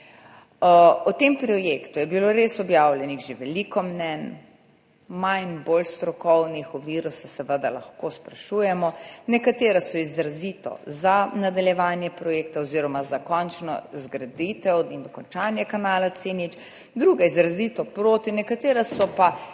O tem projektu je bilo res objavljenih že veliko mnenj, manj, bolj strokovnih, o viru se seveda lahko sprašujemo. Nekatera so izrazito za nadaljevanje projekta oziroma za končno izgraditev in dokončanje kanala C0, druga izrazito proti, nekatera so pa